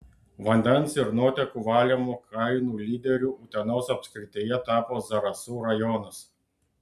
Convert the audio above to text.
vandens ir nuotėkų valymo kainų lyderiu utenos apskrityje tapo zarasų rajonas